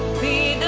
the